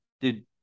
Dude